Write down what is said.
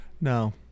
No